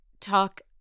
talk